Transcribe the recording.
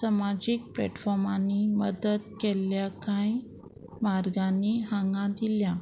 समाजीक प्लेटफॉर्मांनी मदत केल्ल्या कांय मार्गांनी हांगा दिल्या